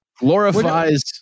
Glorifies